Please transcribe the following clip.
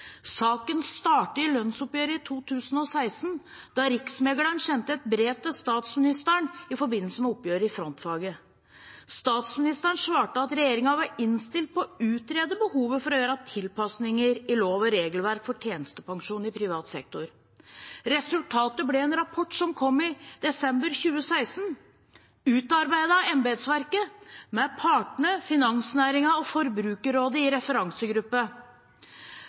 Saken startet i lønnsoppgjøret i 2016, da riksmegleren sendte et brev til statsministeren i forbindelse med oppgjøret i frontfaget. Statsministeren svarte at regjeringen var innstilt på å utrede behovet for å gjøre tilpasninger i lov og regelverk for tjenestepensjon i privat sektor. Resultatet ble en rapport som kom i desember 2016, utarbeidet av embetsverket, med partene, finansnæringen og Forbrukerrådet i referansegruppe.